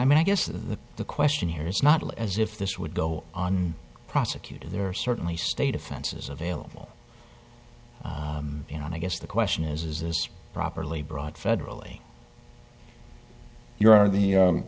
i mean i guess the question here is not as if this would go on prosecuted there are certainly state offenses available you know and i guess the question is is this properly brought federally you are the